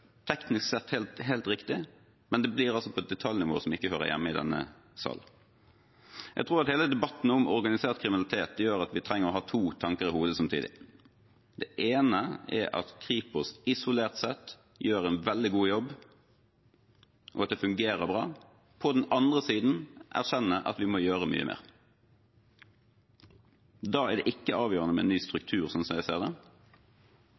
teknisk sett helt riktig, men det blir på et detaljnivå som ikke hører hjemme i denne salen. Jeg tror at hele debatten om organisert kriminalitet gjør at vi trenger å ha to tanker i hodet samtidig. Det ene er at Kripos isolert sett gjør en veldig god jobb, og at det fungerer bra, og på den andre siden må vi erkjenne at vi må gjøre mye mer. Da er det ikke avgjørende med ny struktur, sånn jeg ser det.